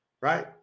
right